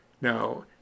Now